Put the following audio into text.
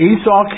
Esau